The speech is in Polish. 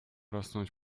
rosnąć